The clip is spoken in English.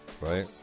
Right